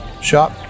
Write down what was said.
shop